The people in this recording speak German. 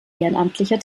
ehrenamtlicher